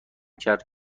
کرد